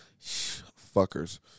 Fuckers